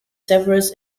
severus